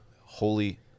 Holy